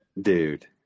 dude